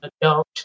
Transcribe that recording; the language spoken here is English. adult